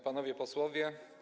Panowie Posłowie!